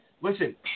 listen